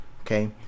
Okay